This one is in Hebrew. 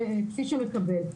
כפי שהוא מקבל.